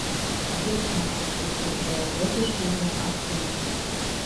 jis manęs tiesiog zoologiškai neapkenčia